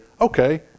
Okay